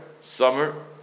summer